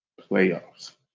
playoffs